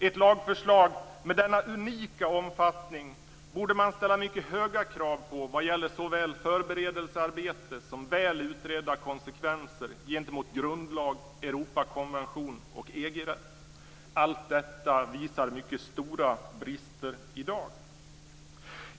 Ett lagförslag med denna unika omfattning borde man ställa mycket höga krav på vad gäller såväl förberedelsearbete som väl utredda konsekvenser gentemot grundlag, Europakonvention och EG-rätt. Allt detta visar i dag mycket stora brister.